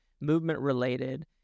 movement-related